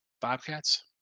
Bobcats